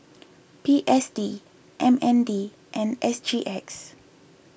P S D M N D and S G X